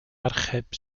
archeb